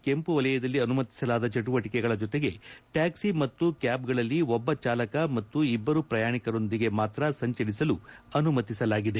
ಕೆಂಪು ವಲಯದಲ್ಲಿ ಅನುಮತಿಸಲಾದ ಚಟುವಟಿಕೆಗಳ ಜೊತೆಗೆ ಟ್ವಾಕ್ಲಿ ಮತ್ತು ಕ್ಯಾಬ್ ಗಳಲ್ಲಿ ಒಬ್ಬ ಚಾಲಕ ಮತ್ತು ಇಬ್ಬರು ಪ್ರಯಾಣಿಕರೊಂದಿಗೆ ಮಾತ್ರ ಸಂಚರಿಸಲು ಅನುಮತಿಸಲಾಗಿದೆ